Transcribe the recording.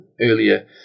earlier